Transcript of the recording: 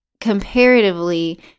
comparatively